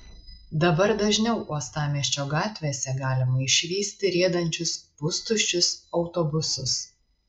dabar dažniau uostamiesčio gatvėse galima išvysti riedančius pustuščius autobusus